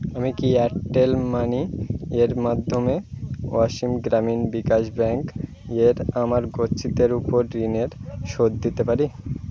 আমি কি Airtel money এর মাধ্যমে অসম গ্রামীণ বিকাশ ব্যাঙ্ক এর আমার গচ্ছিতের উপর ঋণের শোধ দিতে পারি